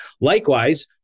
Likewise